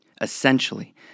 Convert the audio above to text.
Essentially